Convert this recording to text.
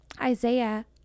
Isaiah